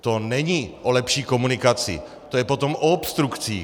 To není o lepší komunikaci, to je potom o obstrukcích.